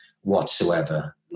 whatsoever